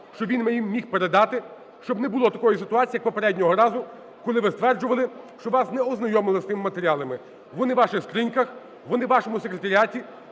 щоб він міг передати. Щоб не було такої ситуації, як попереднього разу, коли ви стверджували, що вас не ознайомили з тими матеріалами. Вони у ваших скриньках, вони у вашому секретаріаті,